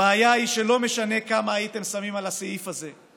הבעיה היא שלא משנה כמה הייתם שמים על הסעיף הזה,